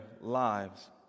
lives